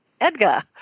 Edgar